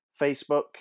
Facebook